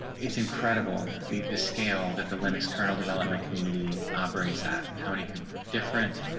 it's incredible. the, the scale that the linux kernel development community operates at and how many different